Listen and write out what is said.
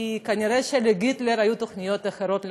כי כנראה להיטלר היו תוכניות אחרות לחלוטין.